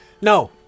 No